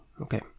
Okay